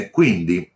quindi